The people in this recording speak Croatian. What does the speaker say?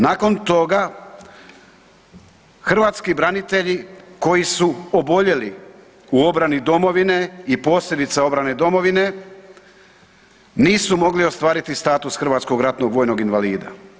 Nakon toga hrvatski branitelji koji su oboljeli u obrani domovine i posljedice obrane domovine nisu mogle ostvariti status hrvatskog ratnog vojnog invalida.